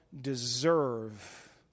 deserve